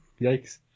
Yikes